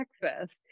breakfast